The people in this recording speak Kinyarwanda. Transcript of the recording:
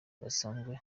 bidasanzwe